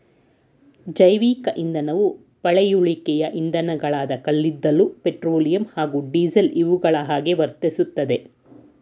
ಜೈವಿಕ ಇಂಧನವು ಪಳೆಯುಳಿಕೆ ಇಂಧನಗಳಾದ ಕಲ್ಲಿದ್ದಲು ಪೆಟ್ರೋಲಿಯಂ ಹಾಗೂ ಡೀಸೆಲ್ ಇವುಗಳ ಹಾಗೆಯೇ ವರ್ತಿಸ್ತದೆ